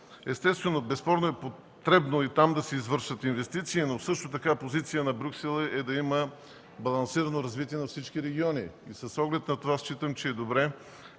Естествено, безспорно е потребно и там да се извършат инвестиции, но също така позиция на Брюксел е да има балансирано развитие на всички региони. С оглед на това считам, че е добре,